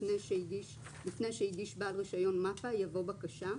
לפני "שהגיש בעל רישיון מפ"א" יבוא "בקשה".